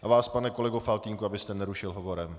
Vás, pane kolego Faltýnku, abyste nerušil hovorem.